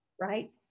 right